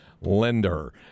lender